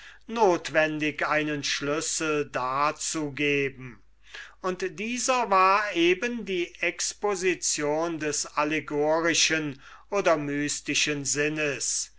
notwendig einen schlüssel dazu geben und dieser schlüssel war eben die exposition des allegorischen oder mystischen sinnes